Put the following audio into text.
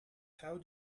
how